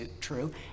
true